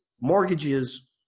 mortgages